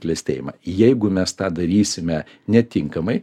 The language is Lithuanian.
klestėjimą jeigu mes tą darysime netinkamai